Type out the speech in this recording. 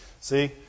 See